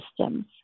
systems